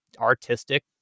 artistic